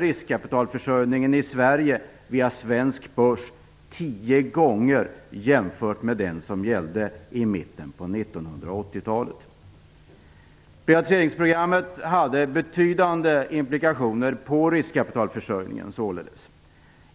Riskkapitalförsörjningen i Sverige via svensk börs ökade 10 gånger jämfört med den nivå som gällde i mitten av 1980 Privatiseringsprogrammet hade således betydande implikationer för riskkapitalförsörjningen,